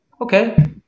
Okay